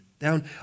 down